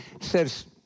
says